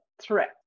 threat